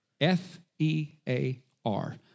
F-E-A-R